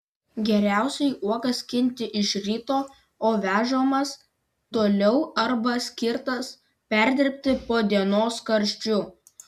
geriausiai uogas skinti iš ryto o vežamas toliau arba skirtas perdirbti po dienos karščių